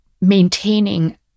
maintaining